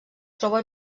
troba